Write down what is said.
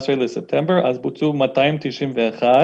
בספטמבר, בוצעו 291